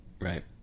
Right